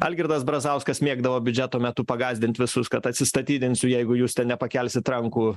algirdas brazauskas mėgdavo biudžeto metu pagąsdint visus kad atsistatydinsiu jeigu jūs ten nepakelsit rankų